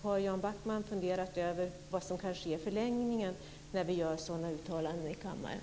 Har Jan Backman funderat över vad som kan ske i förlängningen när vi gör sådana uttalanden i kammaren?